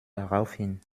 daraufhin